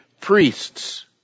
priests